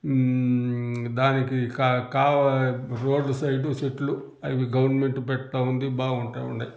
దానికి కా కావ రోడ్డు సైడు చెట్లు అవి గవర్నమెంటు పెడుతూవుంది బాగుంటూ ఉన్నాయి